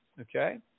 okay